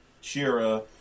Shira